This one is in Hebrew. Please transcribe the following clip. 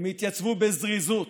הם התייצבו בזריזות,